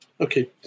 Okay